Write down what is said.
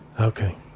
Okay